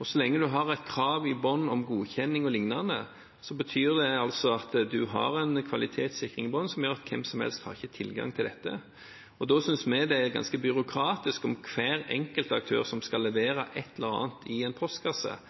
Og så lenge en har et krav om godkjenning og lignende, betyr det at en har en kvalitetssikring i bunnen som fører til at hvem som helst ikke har tilgang til dette. Da synes vi det er ganske byråkratisk dersom hver enkelt aktør som skal levere et eller annet i en postkasse,